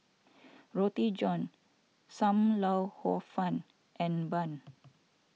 Roti John Sam Lau Hor Fun and Bun